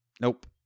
Nope